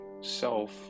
self